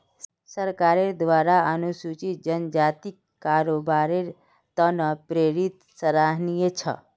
सरकारेर द्वारा अनुसूचित जनजातिक कारोबारेर त न प्रेरित सराहनीय छ